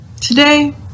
Today